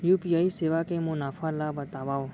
UPI सेवा के मुनाफा ल बतावव?